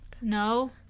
No